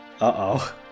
Uh-oh